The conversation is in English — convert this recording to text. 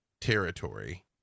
territory